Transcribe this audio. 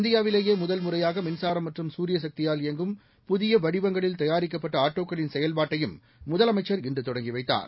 இந்தியாவிலேயே முதல் முறையாக மின்சாரம் மற்றும் சூரியசக்தியால் இயங்கும் புதிய வடிவங்களில் தயாரிக்கப்பட்ட ஆட்டோக்களின் செயல்பாட்டையும் முதலமுச்சர் இன்று தொடங்கி வைத்தார்